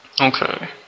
Okay